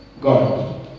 God